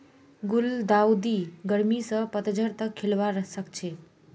गुलदाउदी गर्मी स पतझड़ तक खिलवा सखछे